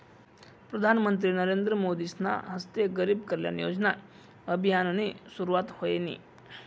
प्रधानमंत्री नरेंद्र मोदीसना हस्ते गरीब कल्याण योजना अभियाननी सुरुवात व्हयनी